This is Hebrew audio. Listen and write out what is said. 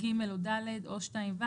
(ג) או (ד) או 2ו,